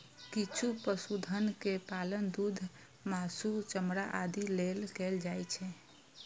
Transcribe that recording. किछु पशुधन के पालन दूध, मासु, चमड़ा आदिक लेल कैल जाइ छै